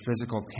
physical